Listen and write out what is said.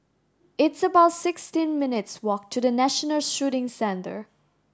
it's about sixteen minutes' walk to the National Shooting Centre